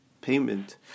payment